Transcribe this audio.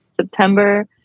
September